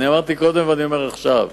אמרתי קודם ואני אומר עכשיו: